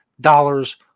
dollars